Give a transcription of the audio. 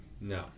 No